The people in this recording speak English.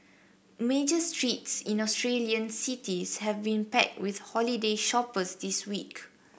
major streets in Australian cities have been packed with holiday shoppers this week